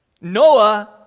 Noah